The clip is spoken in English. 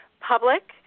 Public